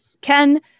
Ken